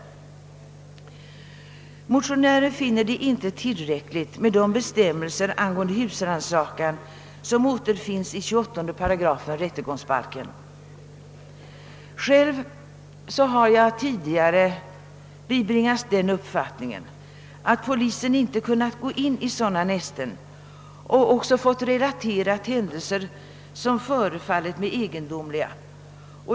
Motionären finner det inte tillräckligt med de bestämmelser angående husrannsakan som återfinns i 28 kap. rättegångsbalken. Själv har jag tidigare bibringats den uppfattningen att polisen inte kunnat gå in i sådana nästen och också fått händelser relaterade, vilka förefallit mig egendomliga.